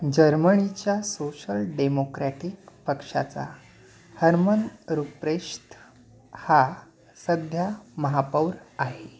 जर्मणीच्या social democratic पक्षाचा Hermann Rupprecht हा सध्या महापौर आहे